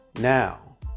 Now